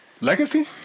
Legacy